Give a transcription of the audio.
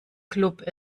club